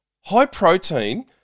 High-protein